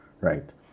right